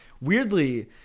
weirdly